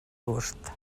gust